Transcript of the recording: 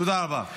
תודה רבה.